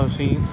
ਅਸੀਂ